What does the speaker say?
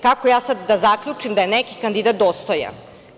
Kako ja sada da zaključim da je neki kandidat dostojan.